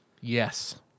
Yes